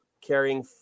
Carrying